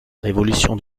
révolution